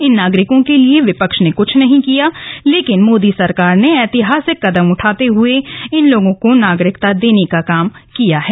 इन नागरिकों के लिए विपक्ष ने कुछ नहीं किया लेकिन मोदी सरकार ने ऐतिहासिक कदम उठाते हुए इन लोगों को नागरिकता देने का काम किया है